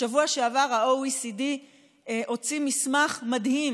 בשבוע שעבר ה-OECD הוציא מסמך מדהים